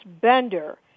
Bender